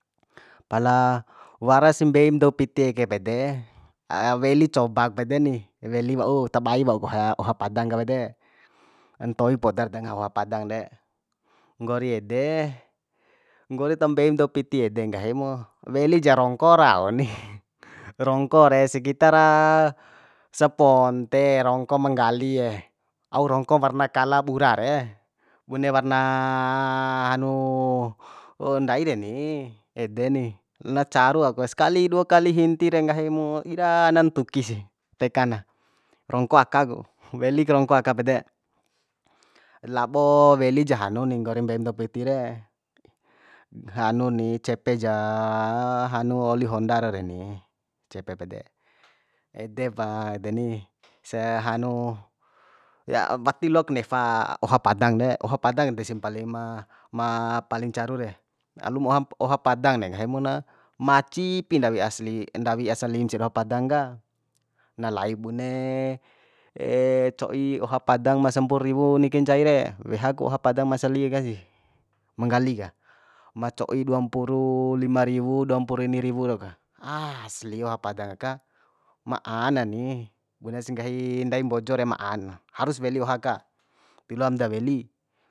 Pala warasi mbeim dou piti ake pede weli cobak pede ni weli wau tabai wau oha oha padang ka pede ntoi podar da ngaha oha padang re nggori ede nggori tao mbeim dou piti ede nggahi mu weli ja rongko rau ni rongko re sekitara saponte rongko ma nggalie au rongko warna kala bura re bune warna hanu ndai reni ede ni na caru au ku skali dua kali hinti re nggahi mu ira na ntuki sih teka na rongko akak ku weli ku rongko aka pede labo weli ja hanu ni nggori mbeim dou piti re hanu ni cepe ja hanu oli honda rau reni cepe pede ede pa deni hanu wati lok nefa oha padang de oha padang desi mpaling ma ma paling caru re alum oha oha padang de nggahi mu na maci ipi ndawi asli ndawi asalim sia doho padang ka na lai bune co'i oha padang ma sampuru riwu niki ncai re weha ku oha padang ma asali aka si ma nggali ka ma co'i duampuru lima riwu dua mpur ini riwu rau ka asli oha padang aka ma a na ni bunes nggahi ndai mbojo re ma a na harus weli oha aka tiloam da weli